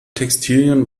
textilien